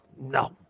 no